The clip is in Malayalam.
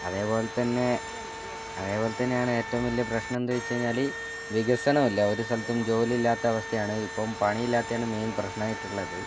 അതേപ്പോൾത്തന്നെ അതേപോലെ തന്നെയാണ് ഏറ്റവും വല്യ പ്രശ്നന്താന്നുവെച്ചുകഴിഞ്ഞാൽ വികസനം ഇല്ല ഒരുസ്ഥലത്തും ജോലിയില്ലാത്ത അവസ്ഥയാണ് ഇപ്പം പണിയില്ലാത്തയാണ് മെയിൻ പ്രശ്നായിട്ടുള്ളത്